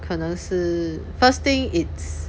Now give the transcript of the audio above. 可能是 first thing it's